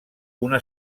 una